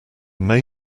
may